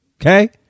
Okay